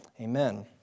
Amen